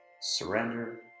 surrender